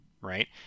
right